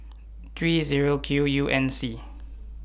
three Zero Q U N C